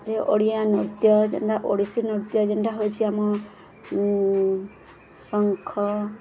ଯେ ଓଡ଼ିଆ ନୃତ୍ୟ ଯେନ୍ତା ଓଡ଼ିଶୀ ନୃତ୍ୟ ଯେନ୍ଟା ହଉଛି ଆମ ଶଙ୍ଖ